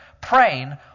praying